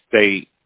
state